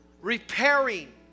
repairing